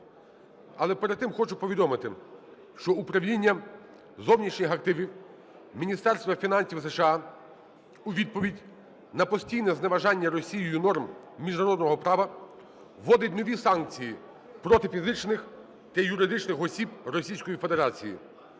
Але перед тим хочу повідомити, що Управління зовнішніх активів Міністерства фінансів США у відповідь на постійне зневажання Росією норм міжнародного права вводить нові санкції проти фізичних та юридичних осіб Російської Федерації.